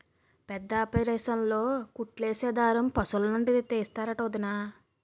పెద్దాపరేసన్లో కుట్లేసే దారం పశులనుండి తీస్తరంట వొదినా